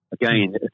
Again